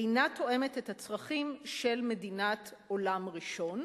אינה תואמת את הצרכים של מדינת עולם ראשון.